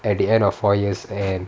at the end of four years and